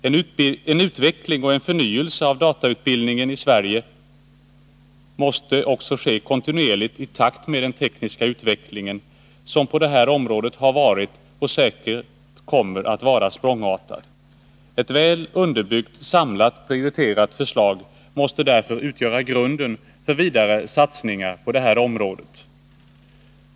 En utveckling och förnyelse av datautbildningen i Sverige måste ske kontinuerligt i takt med den tekniska utvecklingen, som på det här området har varit, och säkert kommer att vara, språngartad. Ett väl underbyggt samlat prioriterat förslag måste därför utgöra grunden för vidare satsningar på det här området.